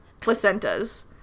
placentas